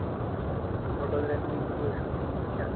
اَچھا photography video shooting یی چھا